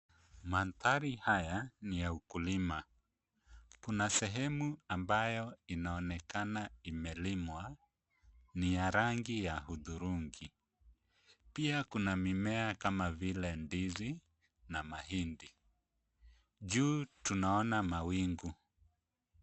Mandhari haya ni ya ukulima kuna sehemu ambayo inaonekana imelimwa ni ya rangi ya hudhurungi pia kuna mimea kama vile ndizi na mahindi. Juu tunaona mawingu.